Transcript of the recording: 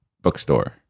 bookstore